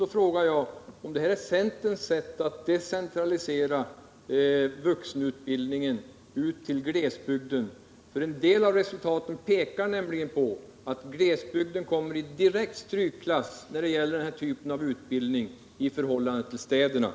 Då frågar jag: Är det här centerns sätt att decentralisera ut vuxenutbildningen till glesbygden? En del av resultaten pekar nämligen på att glesbygden kommer i direkt strykklass i förhållande till städerna när det gäller denna typ av utbildning.